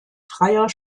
freier